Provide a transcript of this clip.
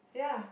yeah